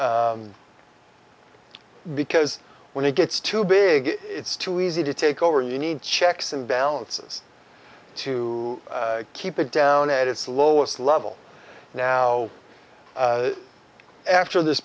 that because when it gets too big it's too easy to take over you need checks and balances to keep it down at its lowest level now after this